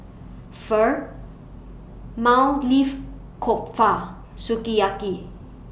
Pho Maili Kofta Sukiyaki